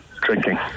Drinking